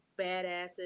badasses